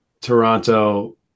Toronto –